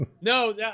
no